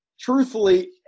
Truthfully